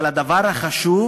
אבל הדבר החשוב